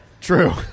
True